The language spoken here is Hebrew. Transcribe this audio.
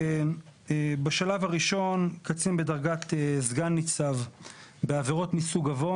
בשלב הראשון קצין בדרגת סגן ניצב בעבירות מסוג עוון